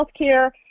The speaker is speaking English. healthcare